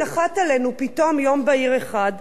ונחת עלינו פתאום ביום בהיר אחד.